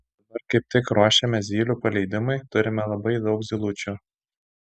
dabar kaip tik ruošiamės zylių paleidimui turime labai daug zylučių